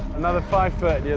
another five foot yeah